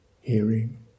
hearing